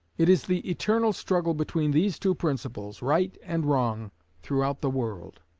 it is the eternal struggle between these two principles right and wrong throughout the world.